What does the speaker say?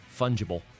fungible